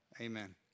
Amen